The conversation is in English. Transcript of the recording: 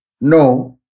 No